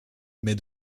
mais